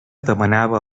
demanava